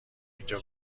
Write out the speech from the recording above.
اینجا